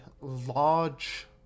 large